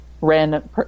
random